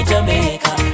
Jamaica